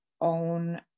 own